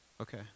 Okay